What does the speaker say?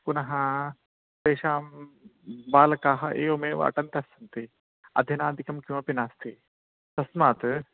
पुनः तेषां बालकाः एवमेव अटन्तः सन्ति अध्ययनादिकं किमपि नास्ति तस्मात्